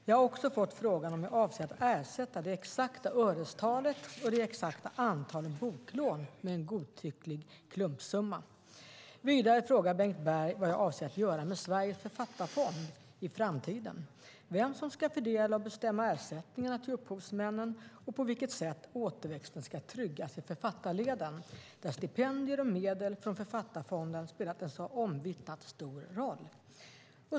Jag har också fått frågan om jag avser att ersätta det exakta örestalet och de exakta antalen boklån med en godtycklig klumpsumma. Vidare frågar Bengt Berg vad jag avser att göra med Sveriges författarfond i framtiden, vem som ska fördela och bestämma ersättningarna till upphovsmännen och på vilket sätt återväxten ska tryggas i författarleden, där stipendier och medel från Författarfonden spelat en så omvittnat stor roll.